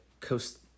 Coast